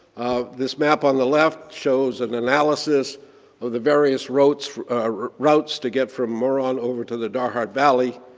this map on the left shows an analysis of the various routes ah routes to get from muron over to the darkhad valley.